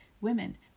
women